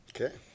Okay